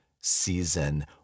season